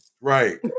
Right